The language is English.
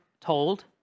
told